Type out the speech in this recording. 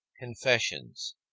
Confessions